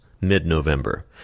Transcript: mid-November